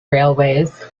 railways